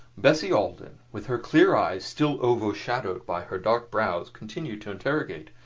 bessie alden, with her clear eyes still overshadowed by her dark brows, continued to interrogate.